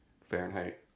Fahrenheit